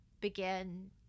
begin